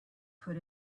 put